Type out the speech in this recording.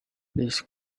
please